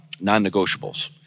non-negotiables